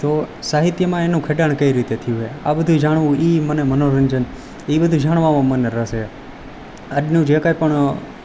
તો સાહિત્યમાં એનું ખેડાણ કઈ રીતે થયું છે આ બધું જાણવું એ મને મનોરંજન એ બધું જાણવામાં મને રસ છે આજનું જે કંઈ પણ